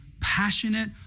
passionate